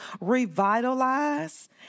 revitalize